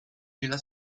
nella